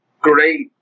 great